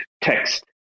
text